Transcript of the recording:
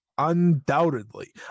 Undoubtedly